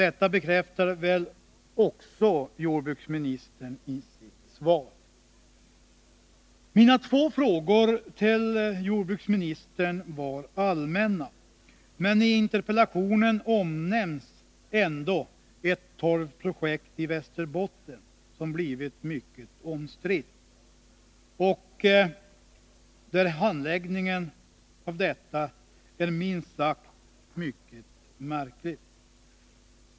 Detta bekräftar väl också jordbruksministern i sitt svar. Mina två frågor till jordbruksministern var allmänna, men i interpellationen omnämns ändå ett torvprojekt i Västerbotten som blivit mycket omstritt. Handläggningen av detta projekt är minst sagt mycket märklig.